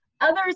Others